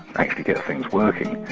actually get things working,